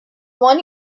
one